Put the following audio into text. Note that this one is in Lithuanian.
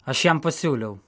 aš jam pasiūliau